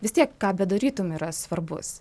vis tiek ką bedarytum yra svarbus